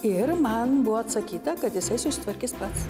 ir man buvo atsakyta kad jisai susitvarkys pats